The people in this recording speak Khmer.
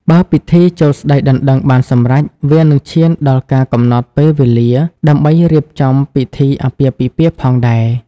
បើពិធីចូលស្តីដណ្ដឹងបានសម្រេច វានឹងឈានដល់ការកំណត់ពេលវេលា ដើម្បីរៀបចំពិធីអាពាហ៍ពិពាហ៍ផងដែរ។